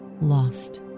lost